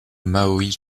maui